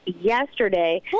yesterday